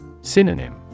Synonym